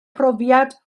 profiad